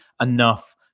enough